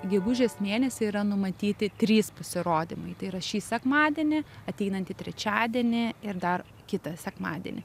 gegužės mėnesį yra numatyti trys pasirodymai tai yra šį sekmadienį ateinantį trečiadienį ir dar kitą sekmadienį